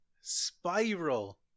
Spiral